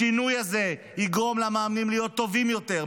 השינוי הזה יגרום למאמנים להיות טובים יותר,